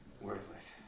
Worthless